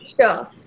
Sure